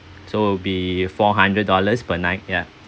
so will be four hundred dollars per night ya